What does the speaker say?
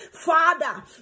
Father